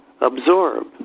absorb